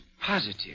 Positive